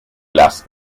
las